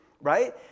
right